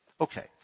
Okay